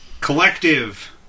Collective